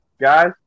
guys